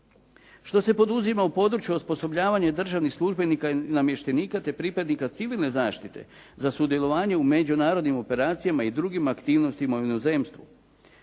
Što se poduzima u području osposobljavanja državnih službenika i namještenika, te pripadnika civilne zaštite za sudjelovanje u međunarodnim operacijama i drugim aktivnostima u inozemstvu?